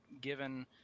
given